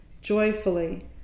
joyfully